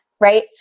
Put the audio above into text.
right